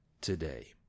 today